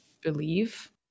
believe